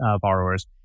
borrowers